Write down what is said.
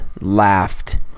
laughed